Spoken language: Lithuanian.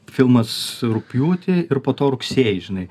filmas rugpjūtį ir po to rugsėjį žinai